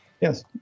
Yes